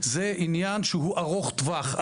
זה עניין שהוא ארוך טווח.